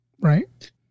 right